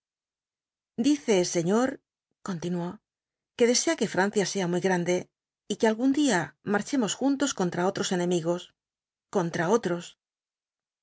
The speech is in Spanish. dice señor continuó que desea que francia sea muy grande y que algún día marchemos juntos contra otros enemigos contra otros